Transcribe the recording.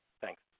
Thanks